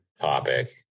topic